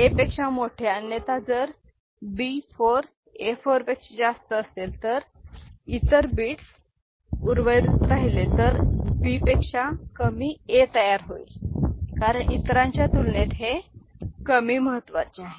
A पेक्षा मोठे अन्यथा जर B 4 A 4 पेक्षा जास्त असेल तर जर इतर बिट्स उर्वरित राहिले तर B पेक्षा कमी A तयार होईल कारण इतरांच्या तुलनेत हे कमी महत्त्व आहे